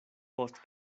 post